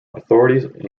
authorities